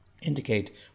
indicate